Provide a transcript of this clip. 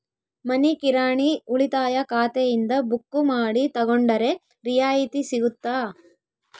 ಮನಿ ಕಿರಾಣಿ ಉಳಿತಾಯ ಖಾತೆಯಿಂದ ಬುಕ್ಕು ಮಾಡಿ ತಗೊಂಡರೆ ರಿಯಾಯಿತಿ ಸಿಗುತ್ತಾ?